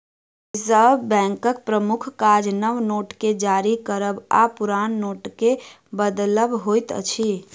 reserve बैंकक प्रमुख काज नव नोट के जारी करब आ पुरान नोटके बदलब होइत अछि